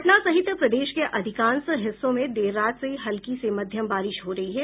पटना सहित प्रदेश के अधिकांश हिस्सों में देर रात से ही हल्की से मध्यम बारिश हो रही है